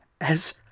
As